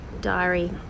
diary